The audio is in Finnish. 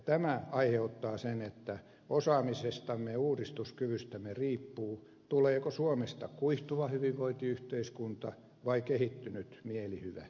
tämä aiheuttaa sen että osaamisestamme ja uudistuskyvystämme riippuu tuleeko suomesta kuihtuva hyvinvointiyhteiskunta vai kehittynyt mielihyväyhteiskunta